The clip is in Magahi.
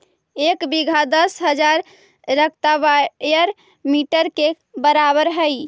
एक बीघा दस हजार स्क्वायर मीटर के बराबर हई